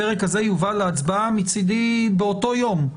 הפרק הזה יובא להצבעה מצידי באותו יום,